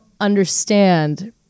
understand